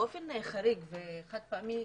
באופן חגי וחד פעמי,